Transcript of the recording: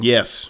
Yes